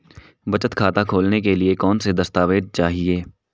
बचत खाता खोलने के लिए कौनसे दस्तावेज़ चाहिए?